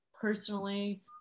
personally